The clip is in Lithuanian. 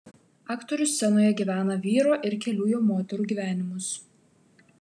aktorius scenoje gyvena vyro ir kelių jo moterų gyvenimus